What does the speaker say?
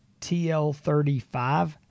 TL35